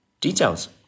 details